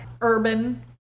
urban